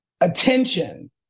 attention